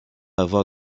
avoir